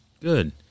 Good